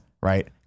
right